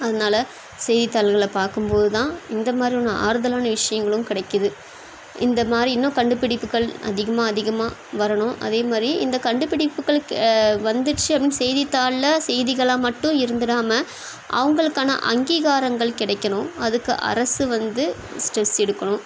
அதனால செய்தித்தாள்களை பார்க்கும்போதுதான் இந்தமாதிரி ஒன்று ஆறுதலான விஷயங்களும் கிடைக்கிது இந்தமாதிரி இன்னும் கண்டுபிடிப்புக்கள் அதிகமாக அதிகமாக வரணும் அதேமாதிரி இந்த கண்டுபிடிப்புக்களுக்கு வந்துருச்சு அப்படின்னு செய்தித்தாளில் செய்திகளாக மட்டும் இருந்துவிடாம அவங்களுக்கான அங்கீகாரங்கள் கிடைக்கணும் அதுக்கு அரசு வந்து ஸ்டெப்ஸ் எடுக்கணும்